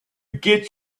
get